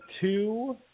two